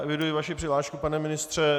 Eviduji vaši přihlášku, pane ministře.